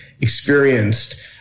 experienced